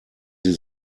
sie